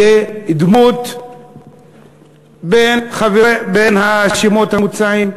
יהיה דמות בין השמות המוצעים.